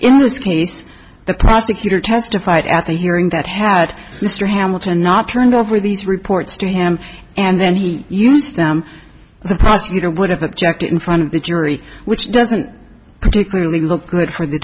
in this case the prosecutor testified at the hearing that had mr hamilton not turned over these reports to him and then he used them the prosecutor would have objected in front of the jury which doesn't particularly look good for the